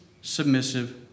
submissive